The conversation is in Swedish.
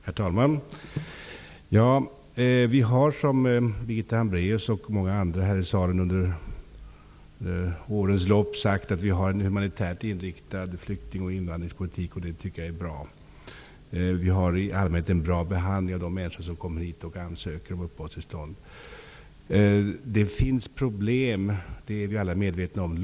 Herr talman! Vi har, som Birgitta Hambraeus och många andra här i salen under årens lopp har sagt, en humanitärt inriktad flykting och invandrarpolitik. Det är bra. Det sker i allmänhet en bra behandling av de människor som kommer hit och ansöker om uppehållstillstånd. Vi är alla medvetna om att det finns problem.